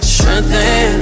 Strengthen